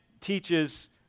teaches